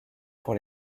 pour